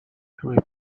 every